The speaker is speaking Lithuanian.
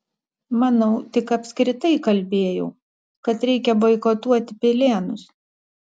manau tik apskritai kalbėjau kad reikia boikotuoti pilėnus